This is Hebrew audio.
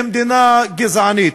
כמדינה גזענית?